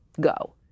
go